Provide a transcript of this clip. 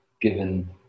given